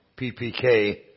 PPK